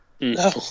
No